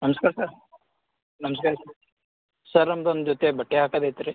ನಮಸ್ಕಾರ ಸರ್ ನಮಸ್ಕಾರ sir sir ನಮ್ದು ಒಂದು ಜೊತೆ ಬಟ್ಟೆ ಹಾಕೋದ್ ಐತೆ ರೀ